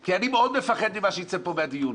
כי אני מאוד מפחד ממה שיצא פה בדיון.